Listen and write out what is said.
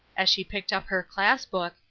as she picked up her class-book,